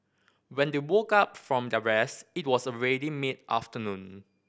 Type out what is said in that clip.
when they woke up from their rest it was already mid afternoon